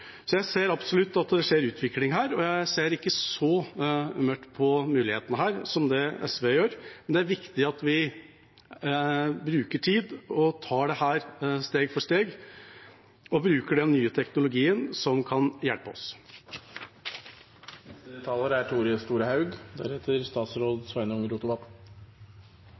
Jeg ser absolutt at det skjer en utvikling her, og jeg ser ikke så mørkt på mulighetene her som det SV gjør, men det er viktig at vi bruker tid og tar dette steg for steg og bruker den nye teknologien som kan hjelpe